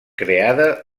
creada